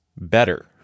better